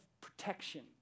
protection